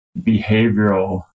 behavioral